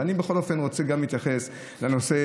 אבל אני בכל אופן רוצה גם להתייחס לנושא